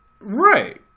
Right